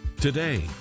Today